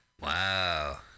Wow